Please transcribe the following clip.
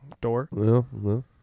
door